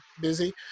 busy